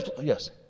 Yes